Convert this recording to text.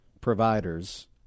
providers